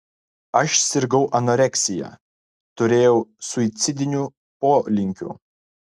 aš sirgau anoreksija turėjau suicidinių polinkių